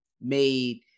made